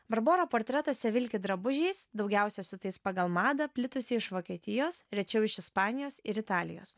barbora portretuose vilki drabužiais daugiausiai siūtais pagal madą plitusi iš vokietijos rečiau iš ispanijos ir italijos